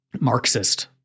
Marxist